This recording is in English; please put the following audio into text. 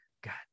God